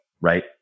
right